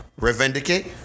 revendicate